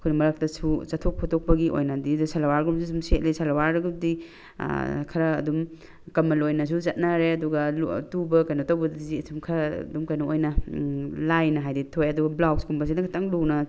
ꯑꯩꯈꯣꯏꯅ ꯃꯔꯛꯇꯁꯨ ꯆꯠꯊꯣꯛ ꯈꯣꯠꯇꯣꯛꯄꯒꯤ ꯑꯣꯏꯅꯗꯤ ꯁꯜꯋꯥꯔꯒꯨꯝꯕꯁꯦ ꯑꯗꯨꯝ ꯁꯦꯠꯂꯤ ꯁꯜꯋꯥꯔꯗꯨꯗꯤ ꯈꯔ ꯑꯗꯨꯝ ꯀꯃꯟ ꯑꯣꯏꯅꯁꯨ ꯆꯠꯅꯔꯦ ꯑꯗꯨꯒ ꯇꯨꯕ ꯀꯩꯅꯣ ꯇꯧꯕꯗꯗꯤ ꯁꯨꯝ ꯈꯔ ꯑꯗꯨꯝ ꯀꯩꯅꯣ ꯑꯣꯏꯅ ꯂꯥꯏꯅ ꯍꯥꯏꯗꯤ ꯊꯣꯛꯑꯦ ꯑꯗꯨꯒ ꯕ꯭ꯂꯥꯎꯁꯀꯨꯝꯕꯁꯤꯅ ꯈꯤꯇꯪ ꯂꯨꯅ